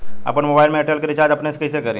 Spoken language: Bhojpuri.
आपन मोबाइल में एयरटेल के रिचार्ज अपने से कइसे करि?